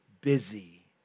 busy